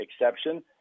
exception